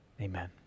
Amen